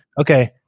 Okay